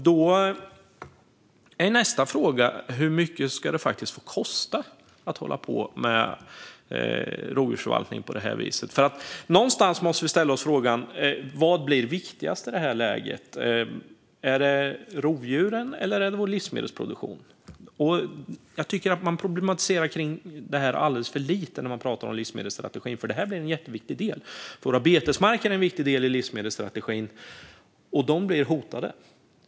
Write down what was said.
Då är nästa fråga: Hur mycket ska det få kosta att hålla på med rovdjursförvaltning på det här viset? Någonstans måste vi ställa oss frågan: Vad blir viktigast i det här läget - är det rovdjuren eller är det vår livsmedelsproduktion? Jag tycker att man problematiserar kring det här alldeles för lite när man pratar om livsmedelsstrategin, för det här blir en jätteviktig del. Våra betesmarker är en viktig del i livsmedelsstrategin, och de blir hotade.